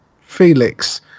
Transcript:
felix